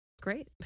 Great